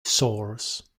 sores